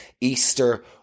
Easter